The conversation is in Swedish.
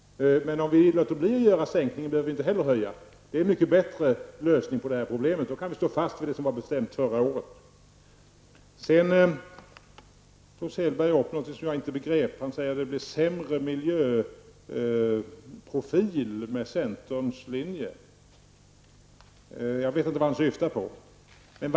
Men om vi låter bli att genomföra en prissänkning, vi inte heller höja några priser. Det skulle innebära en bättre lösning på det här problemet, för då kan vi stå fast vid det som bestämdes förra året. Sedan sade Åke Selberg något som jag inte begrep. Han sade att det blir en sämre miljöprofil med centerns linjer Jag vet inte vad han syftade på.